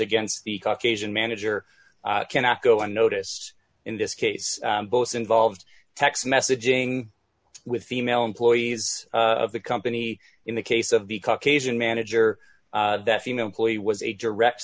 against the caucasian manager cannot go on notice in this case both involved text messaging with female employees of the company in the case of the caucasian manager that female employee d was a direct